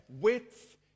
width